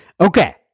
Okay